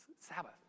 Sabbath